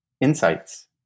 insights